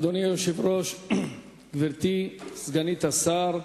אדוני היושב-ראש, גברתי סגנית השר,